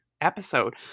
episode